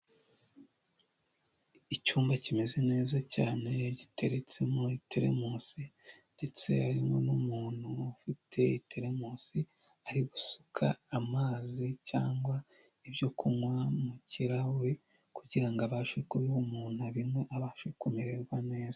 Icyumba kimeze neza cyane giteretsemo teremosi ndetse harimo n'umuntu ufite teremosi ari gusuka amazi cyangwa ibyo kunywa mu kirahure, kugirango abashe kubiha umuntu abinywe abashe kumererwa neza.